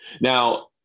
Now